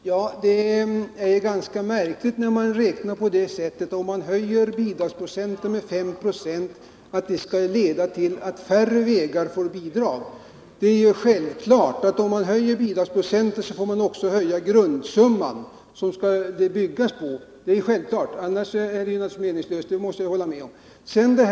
Herr talman! Det är ett ganska märkligt sätt att räkna på: om man höjer bidragsprocenten med fem enheter kommer detta att leda till att bidrag utgår för färre vägar. Om man höjer bidragsprocenten, måste man självfallet också höja den grundsumma som bidragsprocenten skall räknas på. Annars är det naturligtvis meningslöst att höja procenttalet.